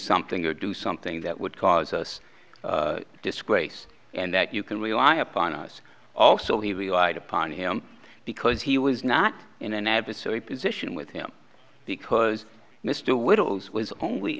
something or do something that would cause us disgrace and that you can rely upon us also he relied upon him because he was not in an adversary position with him because mr wills was only